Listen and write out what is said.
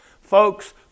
Folks